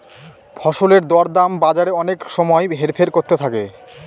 ফসলের দর দাম বাজারে অনেক সময় হেরফের করতে থাকে